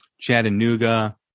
Chattanooga